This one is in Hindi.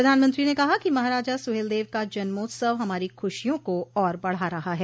प्रधानमंत्री ने कहा कि महाराजा सुहेलदेव का जन्मोत्सव हमारी खुशियों को और बढ़ा रहा है